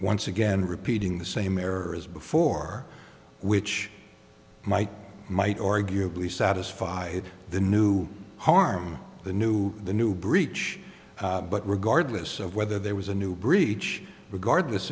once again repeating the same error as before which might might arguably satisfy the new harm the new the new breach but regardless of whether there was a new breach regardless